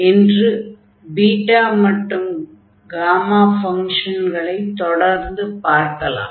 இன்று பீட்டா மற்றும் காமா ஃபங்ஷன்களை தொடர்ந்து பார்க்கலாம்